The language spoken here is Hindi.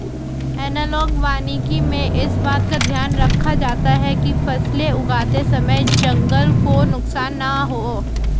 एनालॉग वानिकी में इस बात का ध्यान रखा जाता है कि फसलें उगाते समय जंगल को नुकसान ना हो